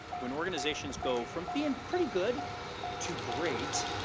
when organizations go from being pretty good to great,